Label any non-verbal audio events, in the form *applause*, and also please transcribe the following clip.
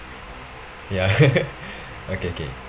ya *laughs* okay okay